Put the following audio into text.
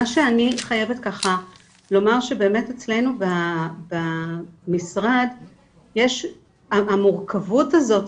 מה שאני חייבת ככה שבאמת אצלנו במשרד המורכבות הזאת,